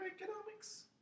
economics